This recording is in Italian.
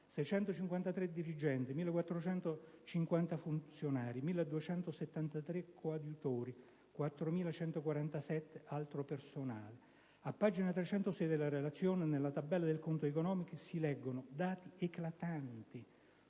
653 dirigenti, 1.450 funzionari, 1.273 coadiutori, 4.147 altro personale. A pagina 306 della relazione, nella tabella del conto economico, si leggono dati eclatanti